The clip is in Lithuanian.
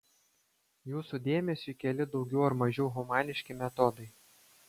jūsų dėmesiui keli daugiau ar mažiau humaniški metodai